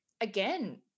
again